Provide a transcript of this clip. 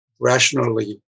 rationally